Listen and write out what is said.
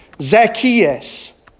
Zacchaeus